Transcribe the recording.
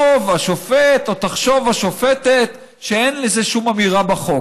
השופט או תחשוב השופטת שאין לזה שום אמירה בחוק.